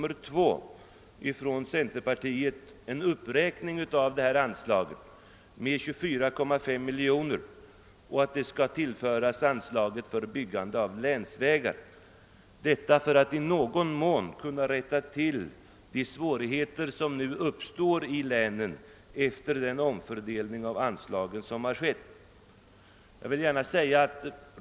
begär vi från centerpartiet en uppräk ning av detta anslag med 24,5 miljoner kronor, att tillföras anslaget för byggande av länsvägar, detta för att i någon mån kunna rätta till de svårigheter som uppstår ute i länen efter den omfördelning av anslagen som nu skett.